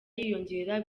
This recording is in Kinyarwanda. yiyongera